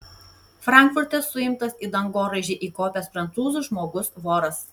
frankfurte suimtas į dangoraižį įkopęs prancūzų žmogus voras